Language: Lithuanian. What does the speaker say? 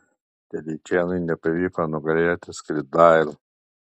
telyčėnui nepavyko nugalėti skridailą